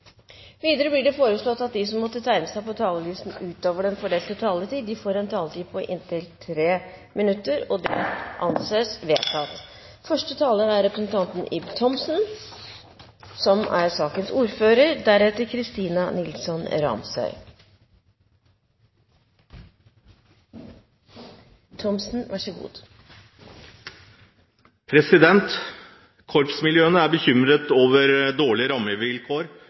Videre blir det foreslått at de som måtte tegne seg på talerlisten utover den fordelte taletid, får en taletid på inntil 3 minutter. – Det anses vedtatt. Korpsmiljøene er bekymret over dårlige rammevilkår